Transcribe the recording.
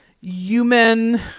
human